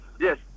yes